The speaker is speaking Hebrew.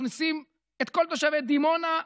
מכניסים את כל תושבי דימונה,